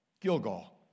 Gilgal